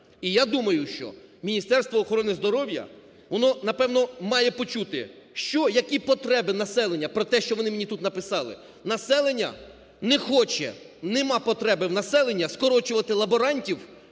І я думаю, що Міністерство охорони здоров'я, воно, напевно, має почути, що, які потреби населення, про те, що вони мені тут написали. Населення не хоче, нема потреби в населення скорочувати лаборантів